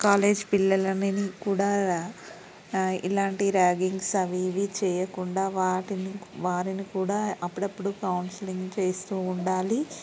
college పిల్లలనేది కూడా ఇలాంటి ర్యాగింగ్స్ అవి ఇవి చేయకుండా వాటిని కూడా వారిని కూడా అప్పుడప్పుడు కౌన్సిలింగ్ చేస్తూ ఉండాలి